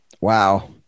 Wow